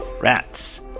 rats